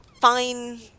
fine